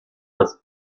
das